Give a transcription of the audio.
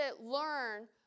learn